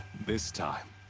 this time.